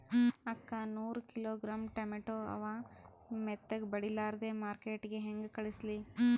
ಅಕ್ಕಾ ನೂರ kilogram tomato ಅವ, ಮೆತ್ತಗಬಡಿಲಾರ್ದೆ ಮಾರ್ಕಿಟಗೆ ಹೆಂಗ ಕಳಸಲಿ?